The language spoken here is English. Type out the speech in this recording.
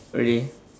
already